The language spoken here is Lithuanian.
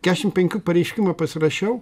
kešim penkių pareiškimą pasirašiau